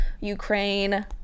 Ukraine